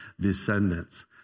descendants